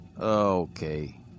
Okay